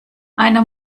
einer